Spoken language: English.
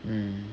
mm